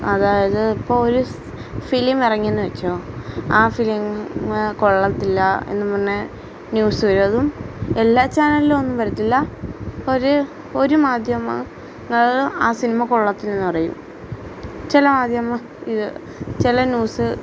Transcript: അതായത് ഇപ്പോൾ ഒരു ഫ് ഫിലിം ഇറങ്ങിയെന്ന് വെച്ചോ ആ ഫിലിം മ് കൊള്ളത്തില്ല എന്നും പറഞ്ഞ് ന്യൂസ് വരും അതും എല്ലാ ചാനലിലും ഒന്നും വരത്തില്ല ഒരു ഒരു മാധ്യമ ങ്ങളും ആ സിനിമ കൊള്ളത്തില്ലെന്ന് പറയും ചില ഇത് ചില ന്യൂസ്